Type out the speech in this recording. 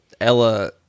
Ella